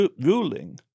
ruling